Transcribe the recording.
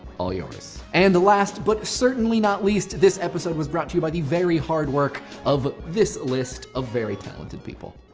all yours. yours. and the last but certainly not least, this episode was brought to you by the very hard work of this list of very talented people.